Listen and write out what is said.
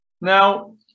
Now